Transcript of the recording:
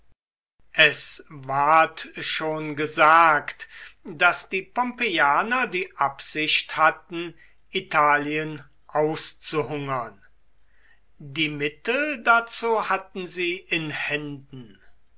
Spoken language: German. es ward schon gesagt daß die pompeianer die absicht hatten italien auszuhungern die mittel dazu hatten sie in händen